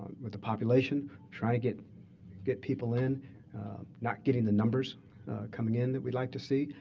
with the population, trying to get get people in not getting the numbers coming in that we'd like to see,